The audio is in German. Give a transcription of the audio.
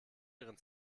ihren